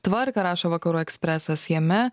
tvarką rašo vakarų ekspresas jame